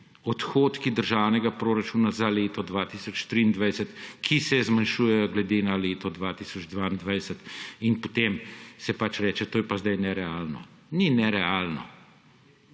odhodki državnega proračuna za leto 2023, ki se zmanjšujejo glede na leto 2022, in potem se pač reče, to je pa zdaj nerealno. Ni nerealno.